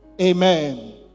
Amen